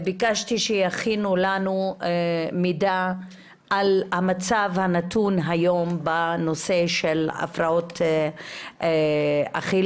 ביקשתי שיכינו לנו מידע על המצב הנתון היום בנושא של הפרעות אכילה,